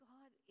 God